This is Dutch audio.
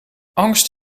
angst